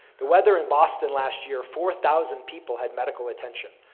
the weather in boston last year, four thousand people had medical attention.